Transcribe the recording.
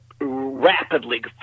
rapidly